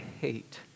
hate